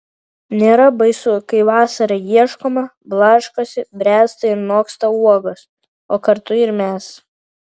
nėra baisu kai vasarą ieškoma blaškosi bręsta ir noksta uogos o kartu ir mes